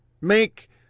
Make